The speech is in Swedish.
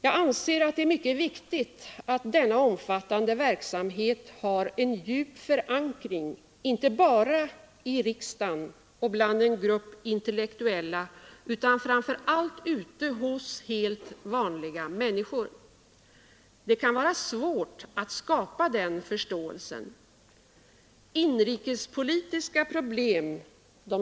Jag anser att det är mycket viktigt att denna omfattande verksamhet har en djup 43 förankring inte bara i riksdagen och bland en grupp intellektuella utan framför allt ute hos helt vanliga människor. Det kan vara svårt att skapa den förståelsen. Inrikespolitiska problem